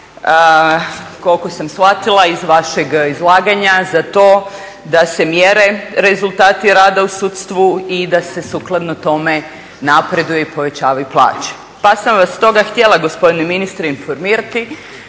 koliko sam shvatila iz vašeg izlaganja za to da se mjere, rezultati rada u sudstvu i da se sukladno tome napreduje i povećavaju plaće. Pa sam vas stoga htjela gospodine ministre informirati